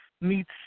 meets